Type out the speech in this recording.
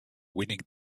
winning